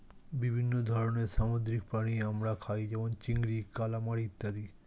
বিভিন্ন ধরনের সামুদ্রিক প্রাণী আমরা খাই যেমন চিংড়ি, কালামারী ইত্যাদি